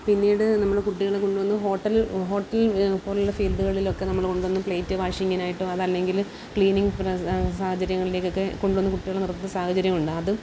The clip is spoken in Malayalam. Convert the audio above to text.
പിന്നീട് നമ്മുടെ കുട്ടികളെ കൊണ്ടുവന്ന് ഹോട്ടൽ ഹോട്ടൽ പോലുള്ള ഫീൽഡുകളിലൊക്കെ നമ്മൾ കൊണ്ട് വന്ന് പ്ളേറ്റ് വാഷിങ്ങിനായിട്ടോ അതല്ലെങ്കിൽ ക്ലീനിങ്ങ് സാഹചര്യങ്ങളിലേക്കൊക്കെ കൊണ്ടുവന്ന് കുട്ടികളെ നിർത്തുന്ന സാഹചര്യങ്ങളുണ്ട് അത്